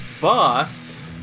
Boss